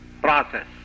process